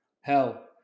Hell